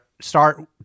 start